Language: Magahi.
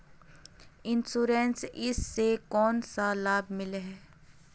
इंश्योरेंस इस से कोन सा लाभ मिले है?